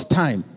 time